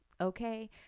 okay